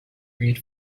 read